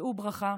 שאו ברכה.